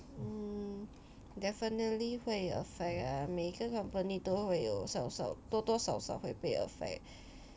mm definitely 会 affect ah 每个 company 都会有少少多多少少会被 affect